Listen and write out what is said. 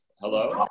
Hello